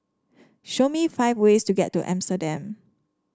show me five ways to get to Amsterdam